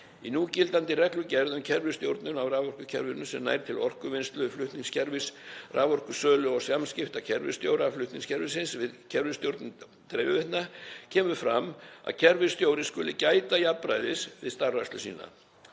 Í núgildandi reglugerð um kerfisstjórnun á raforkukerfinu, sem nær til orkuvinnslu flutningskerfis, raforkusölu og samskipta kerfisstjóra flutningskerfisins við kerfisstjórn dreifiveitna, kemur fram að kerfisstjóri skuli gæta jafnræðis við starfrækslu sína.